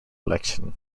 election